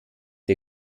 der